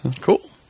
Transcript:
Cool